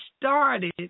started